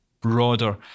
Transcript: broader